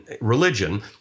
religion